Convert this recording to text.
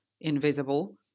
invisible